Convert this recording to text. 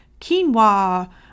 quinoa